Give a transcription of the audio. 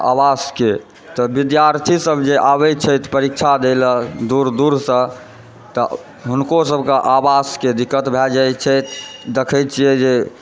आवासके तऽ विद्यार्थीसभ जे आबय छथि परीक्षा दयलऽ दूर दूरसँ तऽ हुनको सभकें आवासके दिक्कत भए जाइत छनि देखय छियै जे